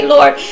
Lord